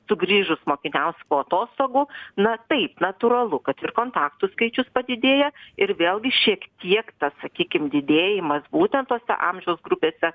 sugrįžus mokiniams po atostogų na taip natūralu kad ir kontaktų skaičius padidėja ir vėlgi šiek tiek tas sakykim didėjimas būtent tose amžiaus grupėse